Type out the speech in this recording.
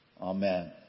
amen